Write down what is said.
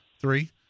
three